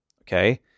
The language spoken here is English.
Okay